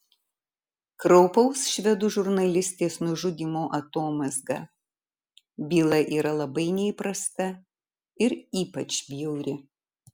kraupaus švedų žurnalistės nužudymo atomazga byla yra labai neįprasta ir ypač bjauri